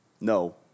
No